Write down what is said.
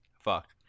Fuck